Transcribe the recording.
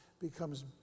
becomes